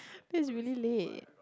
that's really late